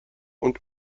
und